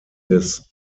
des